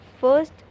first